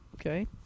Okay